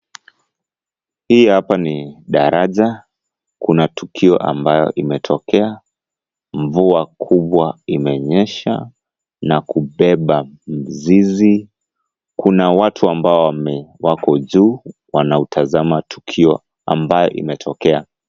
Hii hapa ni daraja. Kuna tukio ambayo imetokea. Mvua kubwa imenyesha na kubeba mzizi. Kuna watu ambao wame wako juu wanautazama tukio ambayo imetokea.